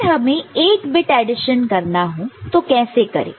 अगर हमें 8 bit addition करना हो तो कैसे करें